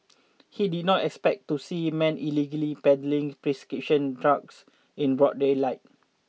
he did not expect to see men illegally peddling prescription drugs in broad daylight